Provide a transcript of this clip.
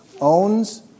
owns